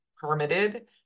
permitted